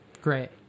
Great